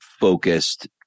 focused